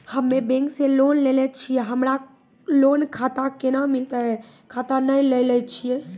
हम्मे बैंक से लोन लेली छियै हमरा लोन खाता कैना मिलतै खाता नैय लैलै छियै?